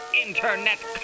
internet